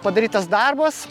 padarytas darbas